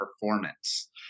performance